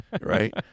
Right